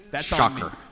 Shocker